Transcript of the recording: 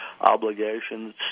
obligations